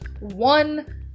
one